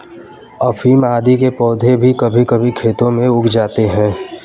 अफीम आदि के पौधे भी कभी कभी खेतों में उग जाते हैं